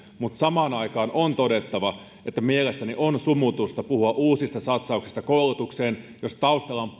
mutta samaan aikaan on todettava että mielestäni on sumutusta puhua uusista satsauksista koulutukseen jos taustalla on